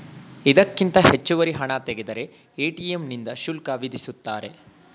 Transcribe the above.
ಇದಕ್ಕಿಂತ ಹೆಚ್ಚುವರಿ ಹಣ ತೆಗೆದರೆ ಎ.ಟಿ.ಎಂ ನಿಂದ ಶುಲ್ಕ ವಿಧಿಸುತ್ತಾರೆ